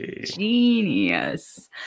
Genius